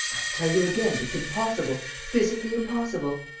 tell you again, it's impossible, physically impossible.